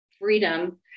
freedom